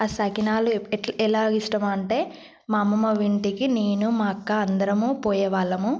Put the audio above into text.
ఆ సకినాలు ఎప్ప ఎలా ఇష్టమంటే మా అమ్మమ్మ వాళ్ళ ఇంటికి నేను మా అక్క అందరం పోయే వాళ్ళము